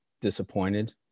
disappointed